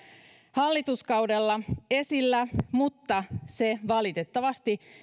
hallituskaudella esillä mutta se valitettavasti